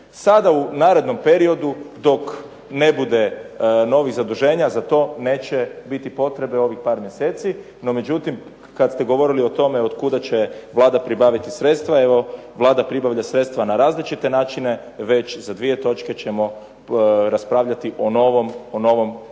Sada u narednom periodu dok ne bude novih zaduženja za to neće biti potrebe ovih par mjeseci. No međutim, kad ste govorili o tome od kuda će Vlada pribaviti sredstva evo Vlada pribavlja sredstva na različite načine, već za dvije točke ćemo raspravljati o novom kreditnom